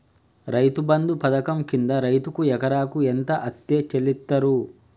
రైతు బంధు పథకం కింద రైతుకు ఎకరాకు ఎంత అత్తే చెల్లిస్తరు?